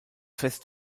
fest